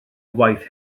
waith